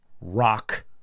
rock